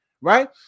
right